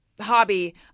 hobby